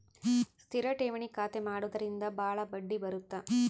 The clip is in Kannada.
ಸ್ಥಿರ ಠೇವಣಿ ಖಾತೆ ಮಾಡುವುದರಿಂದ ಬಾಳ ಬಡ್ಡಿ ಬರುತ್ತ